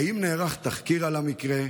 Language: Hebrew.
האם נערך תחקיר על המקרה?